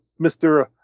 Mr